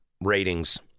ratings